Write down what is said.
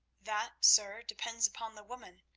that, sir, depends upon the woman,